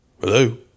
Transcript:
Hello